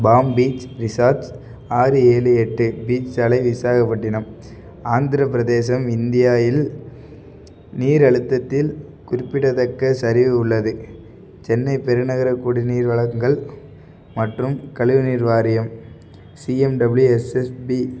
bomb beach resorts ஆறு ஏழு எட்டு பீச் சாலை விசாகப்பட்டினம் ஆந்திரப் பிரதேசம் இந்தியா இல் நீர் அழுத்தத்தில் குறிப்பிடத்தக்கச் சரிவு உள்ளது சென்னை பெருநகரம் குடிநீர் வழங்கல் மற்றும் கழிவுநீர் வாரியம் சிஎம்டபிள்யூஎஸ்எஸ்பி